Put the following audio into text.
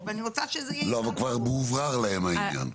אבל, כבר הובהר להם העניין.